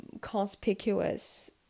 conspicuous